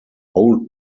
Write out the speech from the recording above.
old